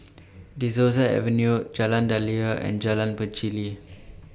De Souza Avenue Jalan Daliah and Jalan Pacheli